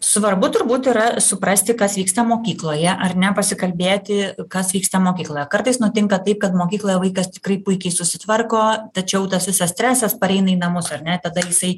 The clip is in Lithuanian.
svarbu turbūt yra suprasti kas vyksta mokykloje ar ne pasikalbėti kas vyksta mokykloje kartais nutinka taip kad mokykloje vaikas tikrai puikiai susitvarko tačiau tas visas stresas pareina į namus ar ne tada jisai